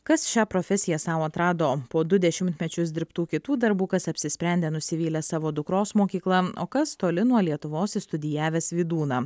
kas šią profesiją sau atrado po du dešimtmečius dirbtų kitų darbų kas apsisprendė nusivylęs savo dukros mokykla o kas toli nuo lietuvos išstudijavęs vydūną